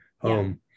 home